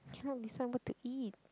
cannot decide what to eat